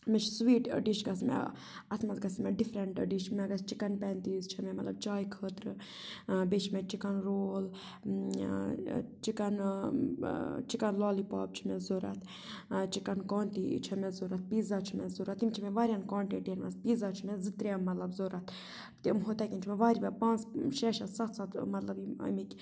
مےٚ چھُ sweet dish گژھِ مےٚ اَتھ منٛز گژھِ مےٚ ڈِفرَنٹ ڈِش مےٚ گَژھِ چِکَن پینتیٖز چھےٚ مےٚ مطلب چاے خٲطرٕ بیٚیہِ چھِ مےٚ chicken roll chicken chicken lollipop چھِ مےٚ ضوٚرَتھ چِکَن کانتی چھےٚ مےٚ ضوٚرَتھ پیٖزا چھِ مےٚ ضوٚرَتھ تِم چھِ مےٚ واریاہَن کانٹِٹِیَن منٛز پیٖزا چھِ مےٚ زٕ ترٛےٚ مطلب ضوٚرَتھ تِم ہُتھَے کٔنۍ چھِ مےٚ واریاہ پانٛژھ شےٚ شےٚ سَتھ سَتھ مطلب یِم اَمِکۍ